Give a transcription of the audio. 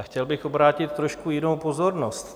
Chtěl bych obrátit trošku jinou pozornost.